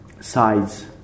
sides